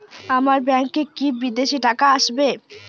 আমার ব্যংকে কি বিদেশি টাকা আসবে?